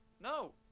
no